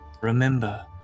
Remember